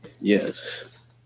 Yes